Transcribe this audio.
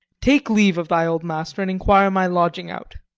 take leave of thy old master, and inquire my lodging out.